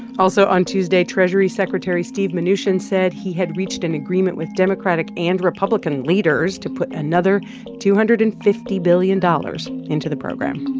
also on tuesday, treasury secretary steve mnuchin said he had reached an agreement with democratic and republican leaders to put another two hundred and fifty billion dollars into the program